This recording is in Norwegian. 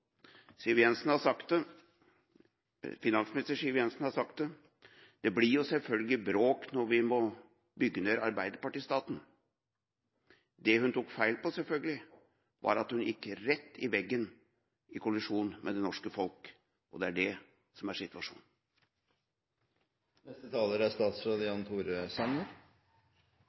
Siv Jensen har sagt det: Det blir selvfølgelig bråk når man må bygge ned Arbeiderparti-staten. Det hun selvfølgelig tok feil i, var at hun gikk rett i veggen – i kollisjon med det norske folk. Det er det som er situasjonen. Nå tror jeg representanten Kolberg har glemt igjen huskelappen sin her oppe! Det er